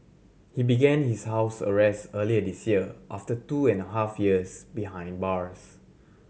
he began his house arrest earlier this year after two and a half years behind bars